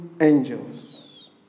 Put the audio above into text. angels